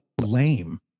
lame